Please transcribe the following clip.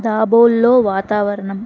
ధాబోల్లో వాతావరణం